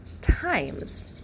times